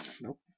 Nope